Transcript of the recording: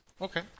Okay